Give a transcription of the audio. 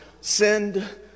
send